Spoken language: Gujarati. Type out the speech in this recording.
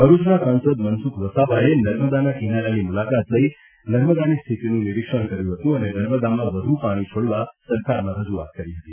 ભરૂચના સાંસદ મનસુખ વસાવાએ નર્મદા કિનારાની મુલાકાત લઇ નર્મદાની સ્થિતિનું નિરીક્ષણ કર્યું હતું અને નર્મદામાં વ્ધુ પાણી છોડવા સરકારમાં રજૂઆત કરી હતી